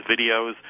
videos